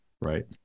right